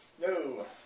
No